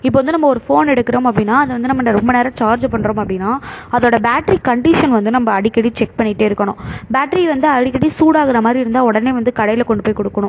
இப்போ வந்து நம்ம ஒரு ஃபோன் எடுக்கிறோம் அப்படினா அது வந்து நம்ம இந்த ரொம்ப நேரம் சார்ஜ் பண்ணுறோம் அப்படினா அதோட பேட்ரி கண்டிஷன் வந்து நம்ம அடிக்கடி செக் பண்ணிகிட்டே இருக்கணும் பேட்ரி வந்து அடிக்கடி சூடாகிற மாதிரி இருந்தால் உடனே வந்து கடையில் கொண்டு போய் கொடுக்கணும்